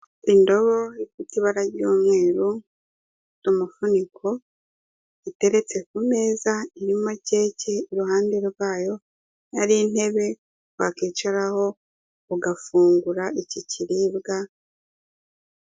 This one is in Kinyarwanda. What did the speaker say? Indobo ifite ibara ry'umweru n'umufuniko iteretse ku meza irimo keke, iruhande rwayo hari intebe wakwicaraho ugafungura iki kiribwa.